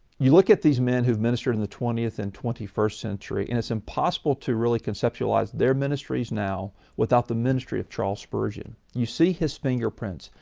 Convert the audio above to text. you look at these men who've ministered in the twentieth and twenty first century, and it's impossible to really conceptualize their ministries now, without the ministry of charles spurgeon. you see his fingerprints.